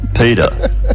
Peter